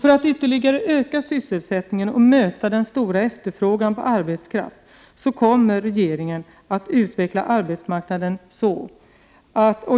För att ytterligare öka sysselsättningen och möta den stora efterfrågan på arbetskraft kommer regeringen att utveckla arbetsmarknaden så.